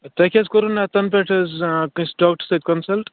تۄہہِ کیٛازِ کَروٕ نہٕ تَنہٕ پٮ۪ٹھ حظ کٲنٛسہِ ڈاکٹَر سۭتۍ کنسَلٹہٕ